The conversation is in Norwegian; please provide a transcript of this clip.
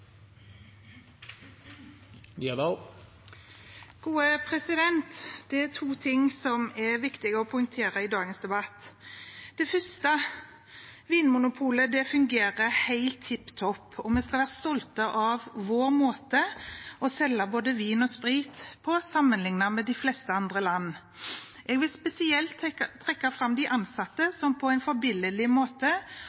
å poengtere i dagens debatt. For det første: Vinmonopolet fungerer helt tipp topp, og vi skal være stolte av vår måte å selge både vin og sprit på sammenlignet med de fleste andre land. Jeg vil spesielt trekke fram de ansatte,